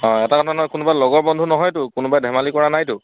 অঁ এটা কথা নহয় কোনোবা লগৰ বন্ধু নহয়তো কোনোবাই ধেমালি কৰা নাইতো